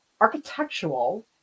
architectural